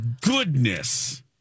goodness